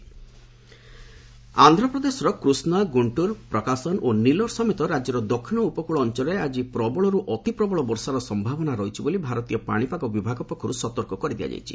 ଆନ୍ଧ୍ର ଓେଦର୍ ଆନ୍ଧ୍ରପ୍ରଦେଶର କୃଷ୍ଣା ଗୁଷ୍ଟୁରୁ ପ୍ରକାଶନ୍ ଓ ନିଲୋର ସମେତ ରାଜ୍ୟର ଦକ୍ଷିଣ ଉପକୂଳ ଅଞ୍ଚଳରେ ଆଜି ପ୍ରବଳରୁ ଅତିପ୍ରବଳ ବର୍ଷାର ସମ୍ଭାବନା ରହିଛି ବୋଲି ଭାରତୀୟ ପାଣିପାଗ ବିଭାଗ ପକ୍ଷରୁ ସତର୍କ କରାଇ ଦିଆଯାଇଛି